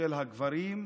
של הגברים,